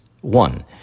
One